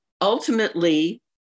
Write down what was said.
ultimately